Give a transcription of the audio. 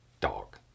dog